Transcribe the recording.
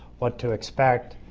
what to expect.